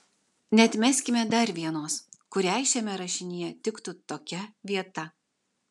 neatmeskime dar vienos kuriai šiame rašinyje tiktų tokia vieta